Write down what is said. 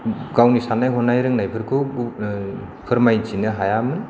गावनि साननाय हनाय रोंनायफोरखौ फोरमायथिनो हायामोन